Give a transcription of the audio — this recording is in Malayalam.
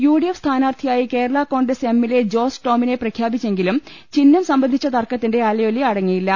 യു ഡി എഫ് സ്ഥാനാർത്ഥിയായി കേരളാ കോൺഗ്രസ് എമ്മിലെ ജോസ് ടോമിനെ പ്രഖ്യാപിച്ചെങ്കിലും ചിഹ്നം സംബന്ധിച്ച തർക്കത്തിന്റെ അലയൊലി അടങ്ങിയില്ല